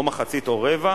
או מחצית או רבע,